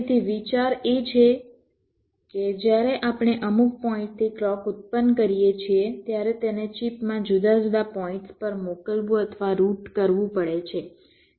તેથી વિચાર એ છે કે જ્યારે આપણે અમુક પોઇન્ટથી ક્લૉક ઉત્પન્ન કરીએ છીએ ત્યારે તેને ચિપમાં જુદા જુદા પોઇન્ટ્સ પર મોકલવું અથવા રુટ કરવું પડે છે